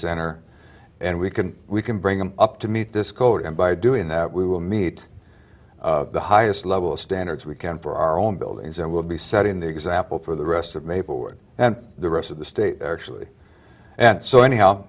center and we can we can bring them up to meet this code and by doing that we will meet the highest level standards we can for our own buildings or will be setting the example for the rest of maplewood and the rest of the state actually and so anyhow